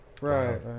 Right